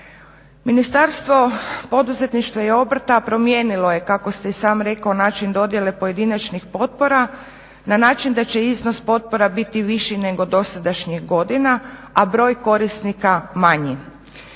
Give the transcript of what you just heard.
Ministarstvo poduzetništva i obrta promijenilo je kako ste i sam rekao način dodjele pojedinačnih potpora na način da će iznos potpora biti viši nego dosadašnjih godina, a broj korisnika manji.